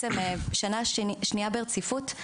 זאת שנה שנייה ברציפות.